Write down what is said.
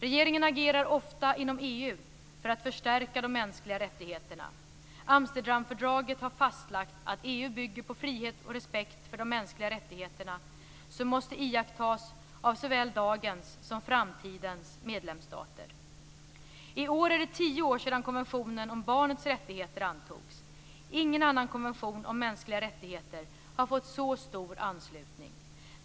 Regeringen agerar ofta inom EU för att förstärka de mänskliga rättigheterna. Amsterdamfördraget har fastlagt att EU bygger på frihet och respekt för de mänskliga rättigheterna, som måste iakttas av såväl dagens som framtidens medlemsstater. I år är det tio år sedan konventionen om barnets rättigheter antogs. Ingen annan konvention om mänskliga rättigheter har fått så stor anslutning.